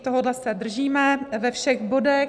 Tohohle se držíme ve všech bodech.